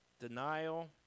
denial